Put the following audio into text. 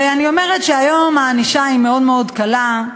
ואני אומרת שהיום הענישה היא מאוד מאוד קלה,